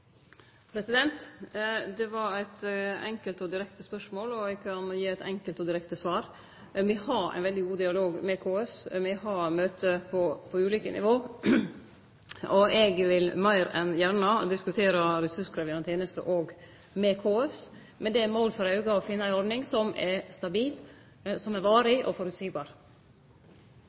det gjelder de ressurskrevende tjenestene? Det var eit enkelt og direkte spørsmål, og eg kan gi eit enkelt og direkte svar. Me har ein veldig god dialog med KS. Me har møte på ulike nivå, og eg vil meir enn gjerne diskutere ressurskrevjande tenester òg med KS, med det mål for auget å finne ei ordning som er stabil, varig og